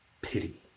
pity